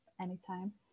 anytime